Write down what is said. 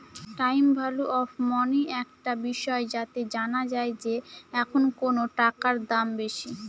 time value of money একটা বিষয় যাতে জানা যায় যে এখন কোনো টাকার দাম বেশি